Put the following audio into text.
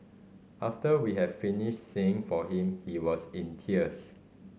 after we had finished singing for him he was in tears